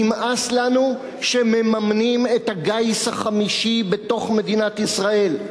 נמאס לנו שמממנים את הגיס החמישי בתוך מדינת ישראל.